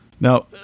Now